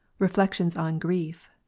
reflections on grief,